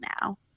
now